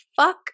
fuck